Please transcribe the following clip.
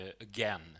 again